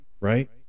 right